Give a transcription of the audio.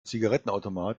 zigarettenautomat